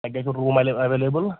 تۄہہِ گژھوٕ room available